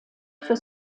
für